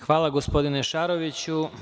Hvala, gospodine Šaroviću.